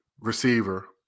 receiver